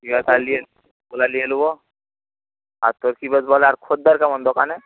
নিয়ে নেব আর তোর কি বেশ বল খদ্দের কেমন দোকানে